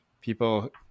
people